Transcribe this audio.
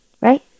right